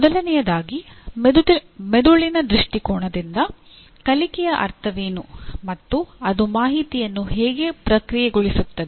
ಮೊದಲನೆಯದಾಗಿ ಮೆದುಳಿನ ದೃಷ್ಟಿಕೋನದಿಂದ ಕಲಿಕೆಯ ಅರ್ಥವೇನು ಮತ್ತು ಅದು ಮಾಹಿತಿಯನ್ನು ಹೇಗೆ ಪ್ರಕ್ರಿಯೆಗೊಳಿಸುತ್ತದೆ